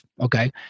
okay